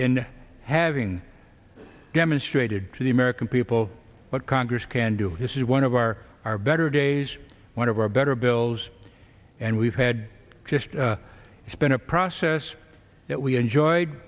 in having demonstrated to the american people what congress can do this is one of our our better days one of our better bills and we've had just spent a process that we enjoyed